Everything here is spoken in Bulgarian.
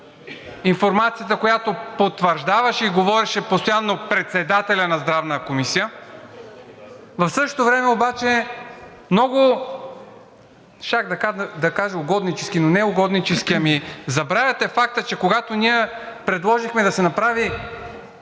информацията, която потвърждаваше и говореше постоянно председателят на Здравната комисия, а в същото време обаче много – щях да кажа угоднически, но не е угоднически – забравяте факта, че когато ние предложихме да се направи